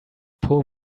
pull